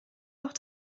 auch